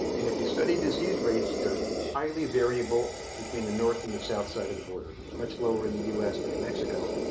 if you study disease rates, they're highly variable between the north and the south side of the border. much lower in the us than in mexico.